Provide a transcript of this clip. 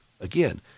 Again